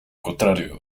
contrario